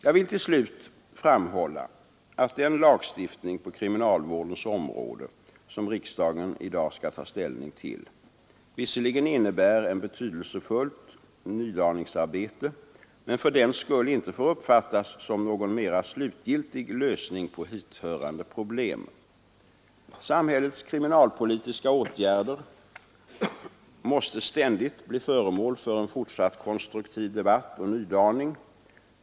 Jag vill till sist framhålla att den lagstiftning på kriminalvårdens område som riksdagen i dag skall ta ställning till visserligen innebär ett betydelsefullt nydaningsarbete men fördenskull inte får uppfattas som någon mera slutgiltig lösning på hithörande problem. Samhällets kriminalpolitiska åtgärder måste ständigt bli föremål för en fortsatt konstruktiv debatt och nydaning.